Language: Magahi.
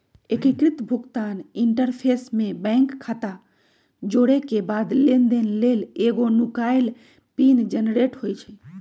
एकीकृत भुगतान इंटरफ़ेस में बैंक खता जोरेके बाद लेनदेन लेल एगो नुकाएल पिन जनरेट होइ छइ